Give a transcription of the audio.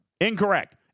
Incorrect